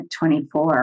24